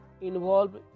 involved